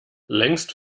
längst